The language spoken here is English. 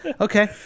Okay